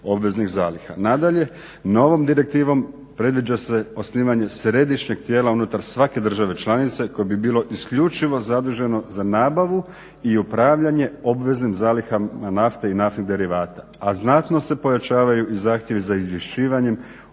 obveznih zaliha. Nadalje, novom direktivom predviđa se osnivanje središnjeg tijela unutar svake države članice koje bi bilo isključivo zaduženo za nabavu i upravljanje obveznim zalihama nafte i naftnih derivata, a znatno se pojačavaju i zahtjevi za izvješćivanjem